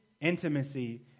intimacy